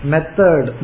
Method